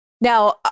Now